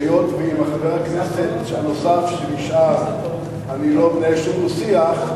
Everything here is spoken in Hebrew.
והיות שעם חבר הכנסת הנוסף שנשאר אני לא מנהל שום דו-שיח,